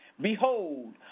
Behold